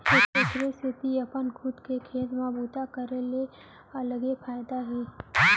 एखरे सेती अपन खुद के खेत म बूता करे के अलगे फायदा हे